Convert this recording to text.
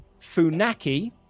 Funaki